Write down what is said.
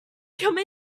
come